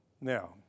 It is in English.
Now